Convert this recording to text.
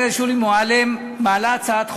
חברת הכנסת שולי מועלם מעלה הצעת חוק,